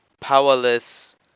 powerless